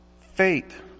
faith